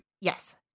Yes